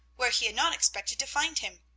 where he had not expected to find him.